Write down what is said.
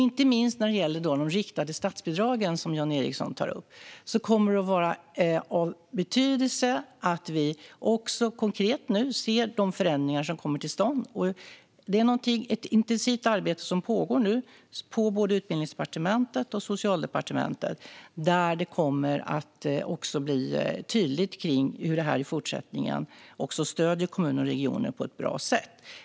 Inte minst när det gäller de riktade statsbidragen, som Jan Ericson tar upp, kommer det att vara av betydelse att vi konkret ser de förändringar som nu kommer till stånd. Det är ett intensivt arbete som nu pågår, både på Utbildningsdepartementet och på Socialdepartementet, där det också kommer att bli tydligt hur detta i fortsättningen ska stödja kommuner och regioner på ett bra sätt.